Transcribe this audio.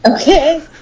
Okay